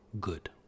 good